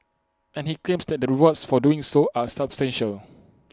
and he claims that the rewards for doing so are substantial